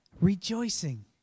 Rejoicing